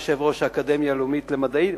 יושב-ראש האקדמיה הלאומית למדעים.